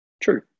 True